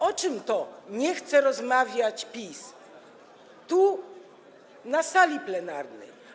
O czym to nie chce rozmawiać PiS tu na sali plenarnej?